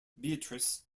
beatrice